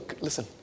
Listen